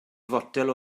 fotel